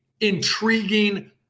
intriguing